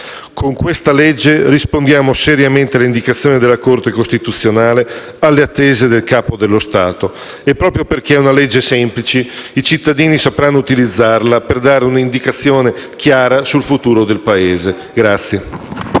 Con questa legge rispondiamo seriamente alle indicazioni della Corte costituzionale e alle attese del Capo dello Stato. E, proprio perché è una legge semplice, i cittadini sapranno utilizzarla per dare un'indicazione chiara sul futuro del Paese.